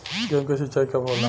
गेहूं के सिंचाई कब होला?